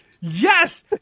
Yes